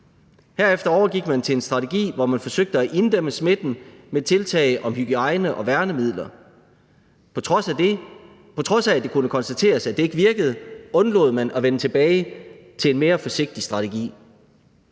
Herefter overgik man til en strategi, hvor man forsøgte at inddæmme smitten med tiltag om hygiejne og værnemidler. På trods af at det kunne konstateres, at det ikke virkede, undlod man at vende tilbage til en mere forsigtig strategi.